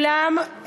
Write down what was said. ואולם,